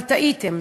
אבל טעיתם.